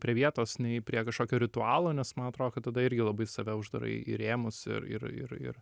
prie vietos nei prie kažkokio ritualo nes man atrodo kad tada irgi labai save uždarai į rėmus ir ir ir ir